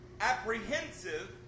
apprehensive